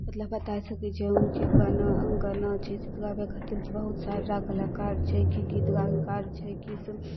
मतलब बतै सकै छै हुनके गाना गाना छै से गाबै खातिर बहुत सारा कलाकार छै कि गीत गाबै कार छै कि